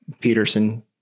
Peterson-